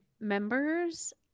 members